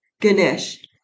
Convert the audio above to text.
Ganesh